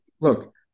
look